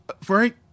Frank